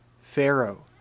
Pharaoh